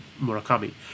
Murakami